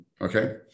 Okay